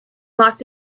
los